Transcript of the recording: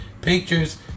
pictures